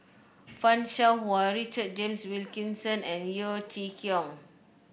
Fan Shao Hua Richard James Wilkinson and Yeo Chee Kiong